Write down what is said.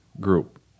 group